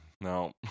No